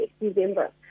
December